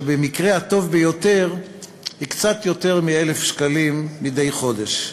שבמקרה הטוב ביותר היא קצת יותר מ-1,000 שקלים מדי חודש.